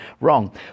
wrong